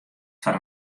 foar